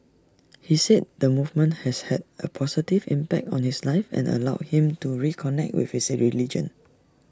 he said the movement has had A positive impact on his life and allowed him to reconnect with his religion